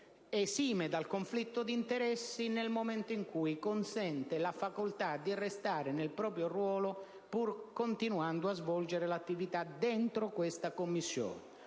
esime dal conflitto di interessi nel momento in cui consente la facoltà di restare nel proprio ruolo pur continuando a svolgere l'attività all'interno di questa Commissione.